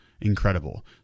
incredible